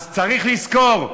אז צריך לזכור,